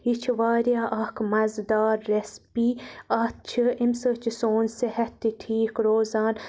یہِ چھِ واریاہ اکھ مَزٕدار اکھ ریٚسِپی اَتھ چھِ امہِ سۭتۍ چھُ سون صحت تہِ ٹھیٖک روزان